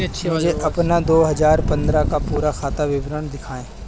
मुझे अपना दो हजार पन्द्रह का पूरा खाता विवरण दिखाएँ?